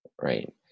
right